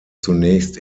zunächst